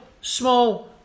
small